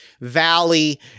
valley